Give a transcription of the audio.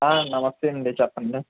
నమస్తే అండి చెప్పండి